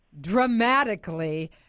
dramatically